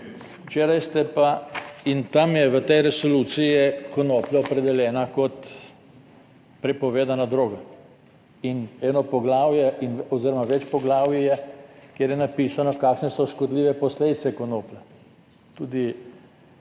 Včeraj ste pa, in tam je v tej resoluciji je konoplja opredeljena kot prepovedana droga in eno poglavje oziroma več poglavij je, kjer je napisano kakšne so škodljive posledice konoplje tudi